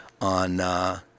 on –